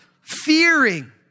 fearing